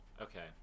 okay